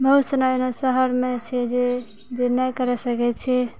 बहुत सारा एहन शहरमे छै जे नहि करि सकै छै